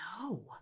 no